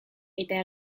eta